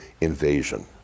invasion